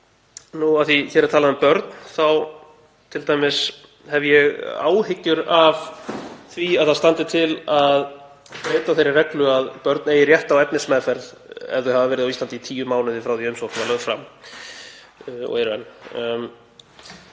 því að hér er talað um börn þá t.d. hef ég áhyggjur af því að það standi til að breyta þeirri reglu að börn eigi rétt á efnismeðferð ef þau hafa verið á Íslandi í tíu mánuði frá því að umsókn var lögð fram og er